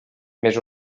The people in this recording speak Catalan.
més